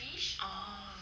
orh